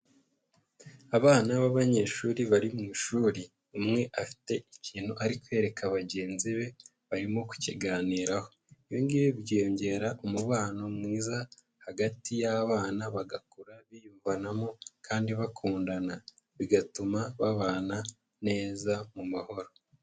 Abana b'abanyeshuri bari mu ishuri, umwe afite ikintu ari kwereka bagenzi be barimo kukiganiraho, ibi ngibi byongera umubano mwiza hagati y'abana bagakura biyumvanamo kandi bakundana, bigatuma babana neza mu mahoro.